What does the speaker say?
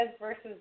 versus